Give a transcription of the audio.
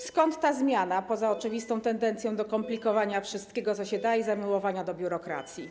Skąd ta zmiana, poza oczywistą tendencją do komplikowania wszystkiego, co się da, i zamiłowania do biurokracji?